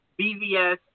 BVS